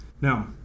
Now